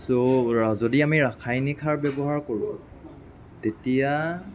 ছ' যদি আমি ৰাসায়নিক সাৰ ব্যৱহাৰ কৰোঁ তেতিয়া